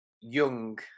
young